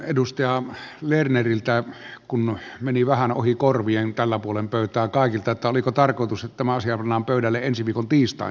edustaja ruohonen lerner kun meni vähän ohi korvien tällä puolen pöytää kaikilta oliko tarkoitus että tämä asia pannaan pöydälle ensi viikon tiistain täysistuntoon